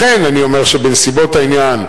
לכן אני אומר שבנסיבות העניין,